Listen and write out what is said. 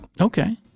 Okay